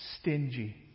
stingy